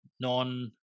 non